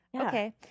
Okay